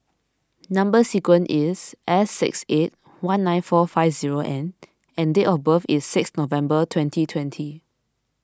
Number Sequence is S six eight one nine four five zero N and date of birth is six November twenty twenty